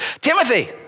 Timothy